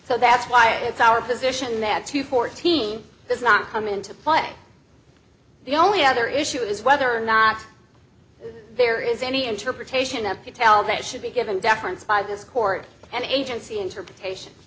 so that's why it's our position that two fourteen does not come into play the only other issue is whether or not there is any interpretation of patel that should be given deference by this court and agency interpretation